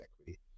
equity